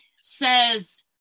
says